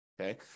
okay